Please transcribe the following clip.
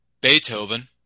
Beethoven